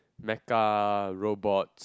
Meka robot